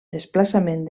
desplaçament